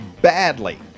badly